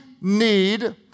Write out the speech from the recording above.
need